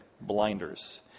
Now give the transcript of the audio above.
blinders